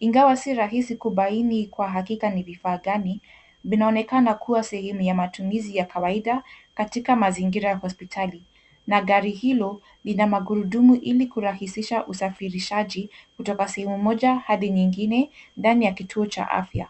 Ingawa si rahisi kubaini kwa hakika ni vifaa gani, vinaonekana kuwa sehemu ya matumizi ya kawaida katika mazingira ya hospitali. Na gari hilo, lina magurudumu ili kurahisisha usafirishaji, kutoka sehemu moja hadi nyingine, ndani ya kituo cha afya.